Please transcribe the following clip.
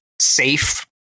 safe